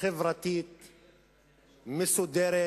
חברתית מסודרת.